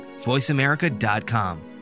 voiceamerica.com